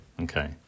Okay